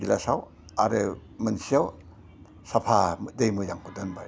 गिलासाव आरो मोनसेयाव साफा दै मोजांखौ दोनबाय